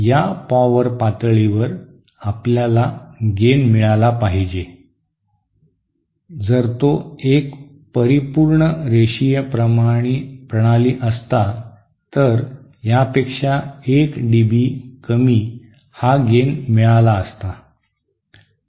या पॉवर पातळीवर आपल्याला गेन मिळाला पाहिजे जर तो एक परिपूर्ण रेषीय प्रणाली असता तर यापेक्षा 1 डीबी कमी हा गेन मिळाला असता